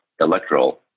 electoral